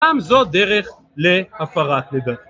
גם זו דרך להפרת נדרים.